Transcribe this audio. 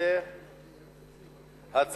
הנושא הבא,